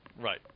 Right